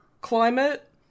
climate